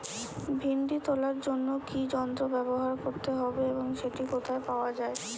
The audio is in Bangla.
ভিন্ডি তোলার জন্য কি যন্ত্র ব্যবহার করতে হবে এবং সেটি কোথায় পাওয়া যায়?